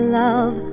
love